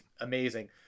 amazing